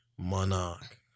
monarch